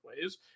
ways